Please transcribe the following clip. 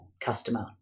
customer